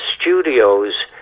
studios